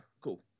Cool